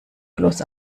bloß